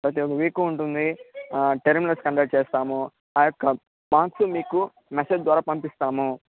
ప్రతీ ఒక వీక్ ఉంటుంది ఆ టెర్మినల్స్ కండక్ట్ చేస్తాము ఆ యొక్క మార్క్స్ మీకు మెసేజ్ ద్వారా పంపిస్తాము